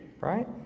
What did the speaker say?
right